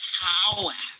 power